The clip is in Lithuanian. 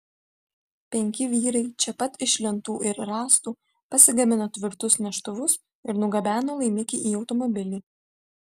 penki vyrai čia pat iš lentų ir rąstų pasigamino tvirtus neštuvus ir nugabeno laimikį į automobilį